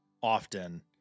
often